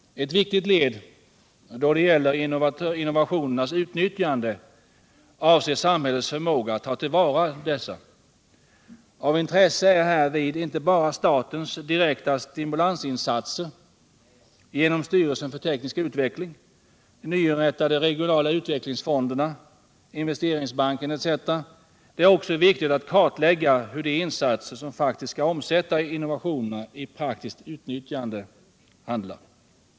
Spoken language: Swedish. Ett viktigt led då det gäller innovationernas utnyttjande avser samhällets förmåga att ta till vara dessa. Av intresse är härvid inte bara statens direkta stimulansinsatser genom styrelsen för teknisk utveckling, de nyinrättade regionala utvecklingsfonderna, Investeringsbanken etc. Det är också viktigt att kartlägga hur de instanser som faktiskt skall omsätta innovationerna i praktiskt utnyttjande handlar.